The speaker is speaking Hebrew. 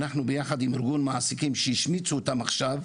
אנחנו ביחד עם ארגון מעסיקים שהשמיצו אותם עכשיו,